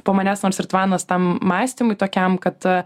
po manęs nors ir tvanas tam mąstymui tokiam kad